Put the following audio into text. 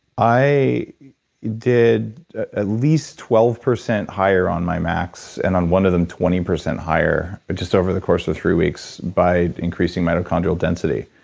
i did at least twelve percent higher on my max, and on one of them twenty percent higher, but just over the course of three weeks by increasing mitochondrial density.